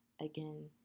again